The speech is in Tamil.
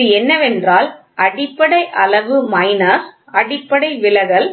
இது என்னவென்றால் அடிப்படை அளவு மைனஸ் அடிப்படை விலகல்